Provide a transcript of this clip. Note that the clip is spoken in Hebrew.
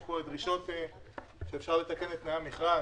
יש דרישות לתיקון תנאי המכרז